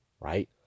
right